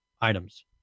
items